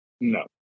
No